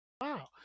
wow